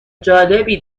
جالبی